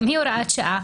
גם היא הוראת שעה.